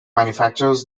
manufactures